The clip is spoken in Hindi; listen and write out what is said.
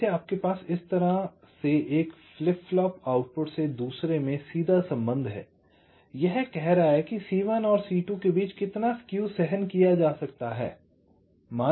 जैसे आपके पास इस तरह से एक फ्लिप फ्लॉप के आउटपुट से दूसरे में सीधा संबंध है यह कह रहा है कि C1 और C2 के बीच कितना स्केव सहन किया जा सकता है